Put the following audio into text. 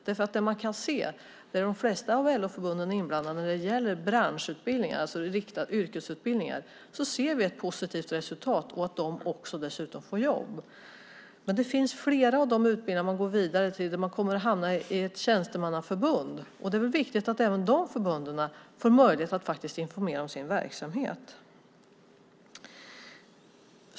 Det man kan se är att där de flesta av LO-förbunden är inblandade när det gäller branschutbildningar, alltså riktade yrkesutbildningar, ser vi ett positivt resultat där många också får jobb. Men det finns flera av de utbildningar man går vidare till som gör att man kommer att hamna i ett tjänstemannaförbund, och det är väl viktigt att även de förbunden får möjlighet att informera om sin verksamhet.